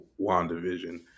WandaVision